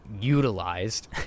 utilized